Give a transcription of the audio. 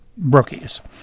brookies